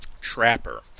Trapper